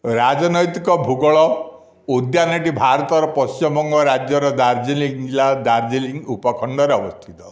ରାଜନୈତିକ ଭୂଗୋଳ ଉଦ୍ୟାନଟି ଭାରତର ପଶ୍ଚିମବଙ୍ଗ ରାଜ୍ୟର ଦାର୍ଜିଲିଂ ଜିଲ୍ଲାର ଦାର୍ଜିଲିଂ ଉପଖଣ୍ଡରେ ଅବସ୍ଥିତ